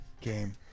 game